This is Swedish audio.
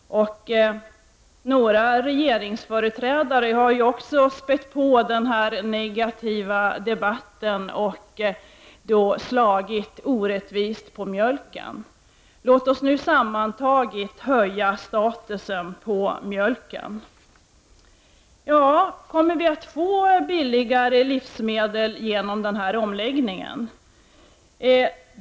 Några regeringsföreträdare har också spätt på den här negativa debatten och slagit orättvist på mjölken. Låt oss nu tillsammans höja mjölkens status! Kommer vi att få billigare livsmedel genom den här omläggningen?